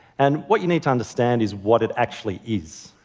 and what you need to understand is what it actually is.